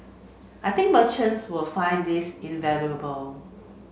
I think merchants will find this invaluable